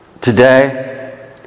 Today